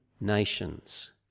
nations